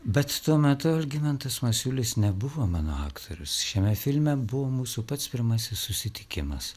bet tuo metu algimantas masiulis nebuvo mano aktorius šiame filme buvo mūsų pats pirmasis susitikimas